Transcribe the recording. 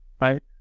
right